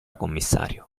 commissario